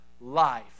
life